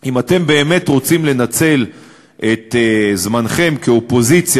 אם אתם באמת רוצים לנצל את זמנכם כאופוזיציה,